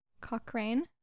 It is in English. Cochrane